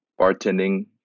bartending